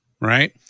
right